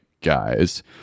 guys